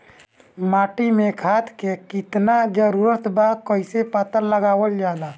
माटी मे खाद के कितना जरूरत बा कइसे पता लगावल जाला?